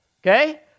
Okay